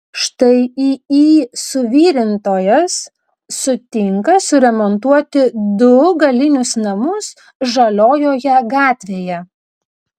štai iį suvirintojas sutinka suremontuoti du galinius namus žaliojoje gatvėje